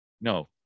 No